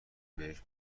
بهش